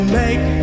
make